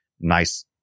nice